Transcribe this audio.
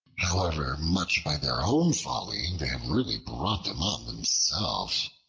however much by their own folly they have really brought them on themselves.